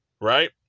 right